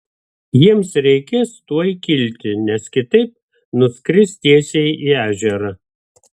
jiems reikės tuoj kilti nes kitaip nuskris tiesiai į ežerą